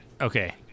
okay